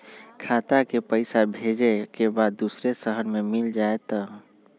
खाता के पईसा भेजेए के बा दुसर शहर में मिल जाए त?